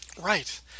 Right